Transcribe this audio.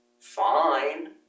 fine